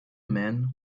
men